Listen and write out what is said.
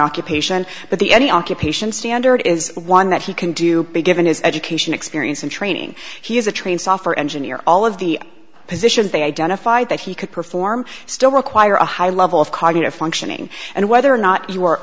occupation but the any occupation standard is one that he can do begin his education experience and training he is a trained software engineer all of the positions they identified that he could perform still require a high level of cognitive functioning and whether or not you